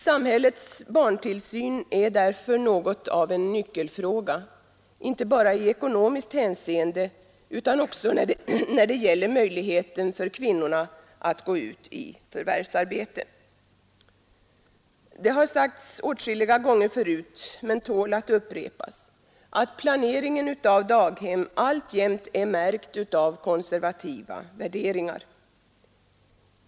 Samhällets barntillsyn är därför något av en nyckelfråga, inte bara i ekonomiskt hänseende utan också när det gäller möjligheten för kvinnorna att gå ut i förvärvsarbete. Det har sagts åtskilliga gånger förut men tål att upprepas att planeringen av daghem alltjämt är märkt av konservativa värderingar.